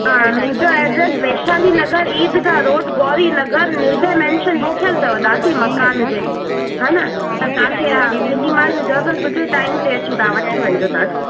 हा मुंहिंजो address Vaishali Nagar Idgah road Gauri Nagar Nirbhay mansion लिखियलु अथव दादी मकान जे हे न त तव्हांखे कंहिं महिल बि ज़रूरत हुजे टाइम ते अची तव्हां वठी वञिजो दादी